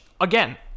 again